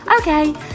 Okay